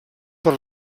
per